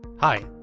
hi,